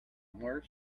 mar